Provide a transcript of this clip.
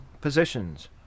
positions